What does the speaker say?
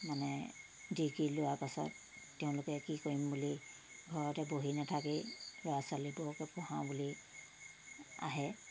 মানে ডিগ্ৰী লোৱাৰ পাছত তেওঁলোকে কি কৰিম বুলি ঘৰতে বহি নাথাকেই ল'ৰা ছোৱালীবোৰকে পঢ়াওঁ বুলি আহে